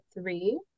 three